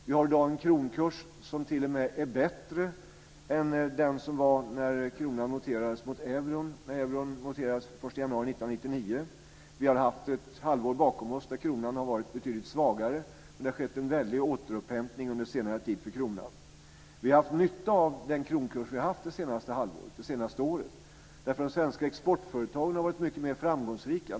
Vi har i dag en kronkurs som t.o.m. är bättre än vad den var när kronan noterades mot euron när euron noterades den 1 januari 1999. Vi har ett halvår bakom oss då kronan har varit betydligt svagare. Det har skett en väldig återupphämtning under senare tid för kronan. Vi har haft nytta av den kronkurs som vi har haft det senaste året. De svenska exportföretagen har varit mycket mer framgångsrika.